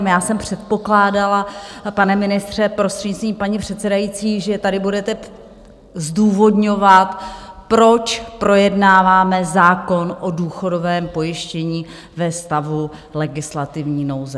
Já jsem předpokládala, pane ministře, prostřednictvím paní předsedající, že tady budete zdůvodňovat, proč projednáváme zákon o důchodovém pojištění ve stavu legislativní nouze.